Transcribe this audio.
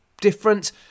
different